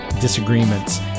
disagreements